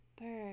Bird